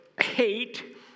hate